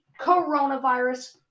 coronavirus